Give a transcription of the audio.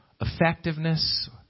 effectiveness